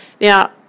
Now